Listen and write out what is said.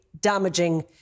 damaging